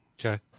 Okay